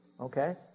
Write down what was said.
Okay